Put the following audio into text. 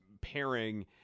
pairing